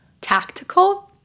tactical –